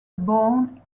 born